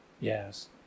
Yes